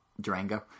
Durango